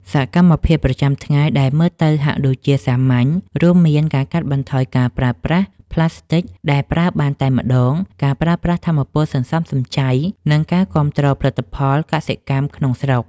សកម្មភាពប្រចាំថ្ងៃដែលមើលទៅហាក់ដូចជាសាមញ្ញ រួមមានការកាត់បន្ថយការប្រើប្រាស់ប្លាស្ទិកដែលប្រើបានតែម្ដង ការប្រើប្រាស់ថាមពលសន្សំសំចៃ និងការគាំទ្រផលិតផលកសិកម្មក្នុងស្រុក។